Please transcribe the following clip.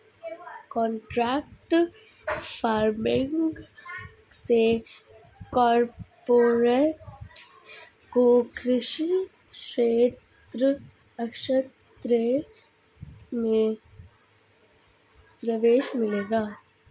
contract farming से corporates को कृषि क्षेत्र में प्रवेश मिलेगा